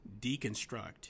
deconstruct